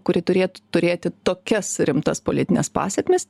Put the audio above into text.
kuri turėtų turėti tokias rimtas politines pasekmes